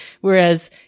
Whereas